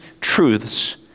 truths